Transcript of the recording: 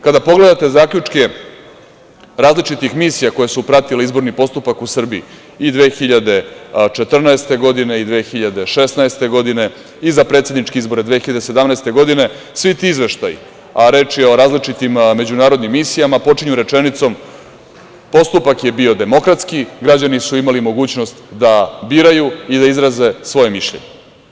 Kada pogledate zaključke različitih misija koje su pratile izborni postupak u Srbiji, i 2014. godine i 2016. godine i za predsedničke izbore 2017. godine, svi ti izveštaji, a reč je o različitim međunarodnim misijama, počinju rečenicom - postupak je bio demokratski, građani su imali mogućnost da biraju i da izraze svoje mišljenje.